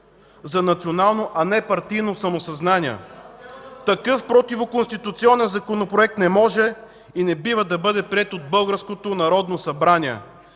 за национално, а не партийно самосъзнание! Такъв противоконституционен Законопроект не може и не бива да бъде приет от българското Народно събрание!